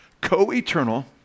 co-eternal